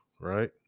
right